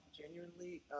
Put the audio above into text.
genuinely